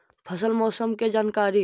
फसल मौसम के जानकारी?